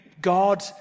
God